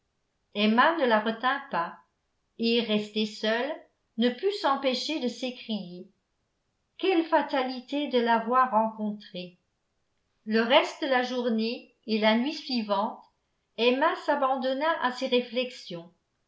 emma ne la retint pas et restée seule ne put s'empêcher de s'écrier quelle fatalité de l'avoir rencontrée le reste de la journée et la nuit suivante emma s'abandonna à ses réflexions